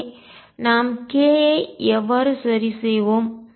இங்கே நாம் k ஐ எவ்வாறு சரிசெய்வோம்